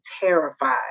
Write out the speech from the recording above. terrified